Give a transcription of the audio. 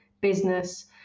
business